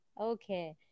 Okay